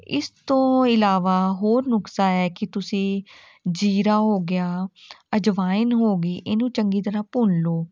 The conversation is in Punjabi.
ਇਸ ਤੋਂ ਇਲਾਵਾ ਹੋਰ ਨੁਸਖਾ ਹੈ ਕਿ ਤੁਸੀਂ ਜ਼ੀਰਾ ਹੋ ਗਿਆ ਅਜਵਾਇਨ ਹੋ ਗਈ ਇਹਨੂੰ ਚੰਗੀ ਤਰ੍ਹਾਂ ਭੁੰਨ ਲਉ